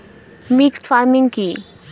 Mixed farming কি?